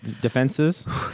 defenses